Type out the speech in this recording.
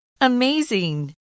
Amazing